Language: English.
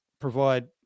provide